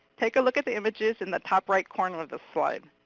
take a look at the images in the top right corner of the slide.